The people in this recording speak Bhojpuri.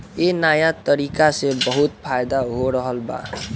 ए नया तरीका से बहुत फायदा हो रहल बा